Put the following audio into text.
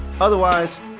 Otherwise